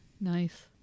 nice